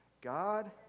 God